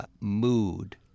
mood